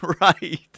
Right